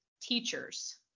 teachers